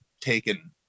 taken